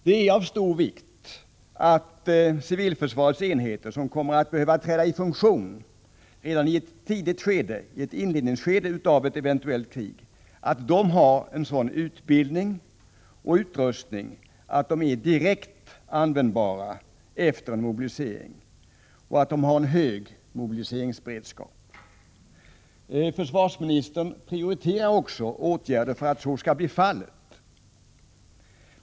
Det är av stor vikt att civilförsvarets enheter, som kommer att behöva träda i funktion redan i ett inledningsskede av ett eventuellt krig, har sådan utbildning och utrustning att de är direkt användbara efter en mobilisering och att de har hög mobiliseringsberedskap. Försvarsministern prioriterar också åtgärder för att så skall bli fallet.